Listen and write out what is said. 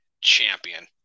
champion